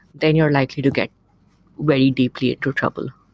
then you're likely to get very deeply into trouble.